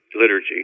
liturgy